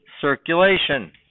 circulation